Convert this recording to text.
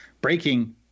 breaking